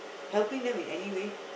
helping them in any way